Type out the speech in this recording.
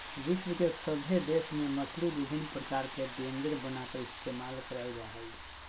विश्व के सभे देश में मछली विभिन्न प्रकार के व्यंजन बनाकर इस्तेमाल करल जा हइ